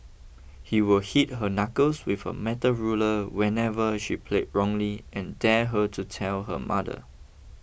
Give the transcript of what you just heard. he would hit her knuckles with a metal ruler whenever she played wrongly and dare her to tell her mother